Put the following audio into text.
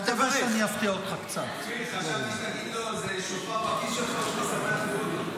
מה קרה עם הקבינט ואיך נראית המלחמה ואיך היא נראית היום,